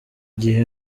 gihe